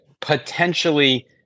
potentially